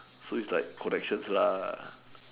so its like connections lah